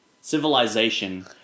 civilization